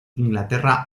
inglaterra